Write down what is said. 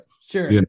sure